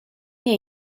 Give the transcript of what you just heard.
nie